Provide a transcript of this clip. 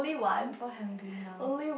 super hungry now